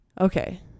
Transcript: okay